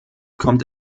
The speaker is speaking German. kommt